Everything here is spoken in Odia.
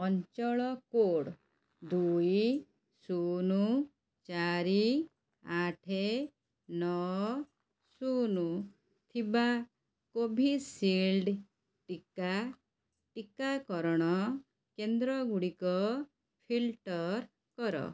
ଅଞ୍ଚଳ କୋଡ଼୍ ଦୁଇ ଶୂନ ଚାରି ଆଠ ନଅ ଶୂନ ଥିବା କୋଭିସୀଲ୍ଡ ଟିକା ଟିକାକରଣ କେନ୍ଦ୍ର ଗୁଡ଼ିକ ଫିଲ୍ଟର୍ କର